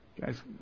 Guys